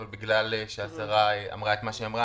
אבל בגלל שהשרה אמרה את מה שהיא אמרה